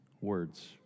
words